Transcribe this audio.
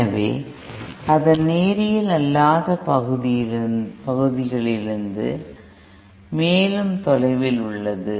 எனவே இது அதன் நேரியல் அல்லாத பகுதியிலிருந்து மேலும் தொலைவில் உள்ளது